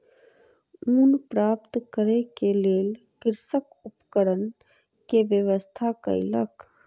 ऊन प्राप्त करै के लेल कृषक उपकरण के व्यवस्था कयलक